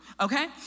okay